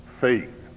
faith